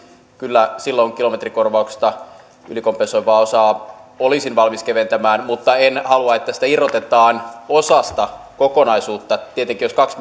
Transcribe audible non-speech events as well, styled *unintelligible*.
kyllä silloin kilometrikorvauksista ylikompensoivaa osaa olisin valmis keventämään mutta en halua että sitä irrotetaan osasta kokonaisuutta tietenkin jos kaksi *unintelligible*